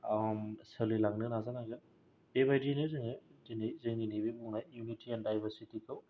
सोलिलांनो नाजानांगोन बिबादिनो जोङो दिनै जोंनि नैबे बुंनाय इउनिथि एन दाइबारसिटि खौ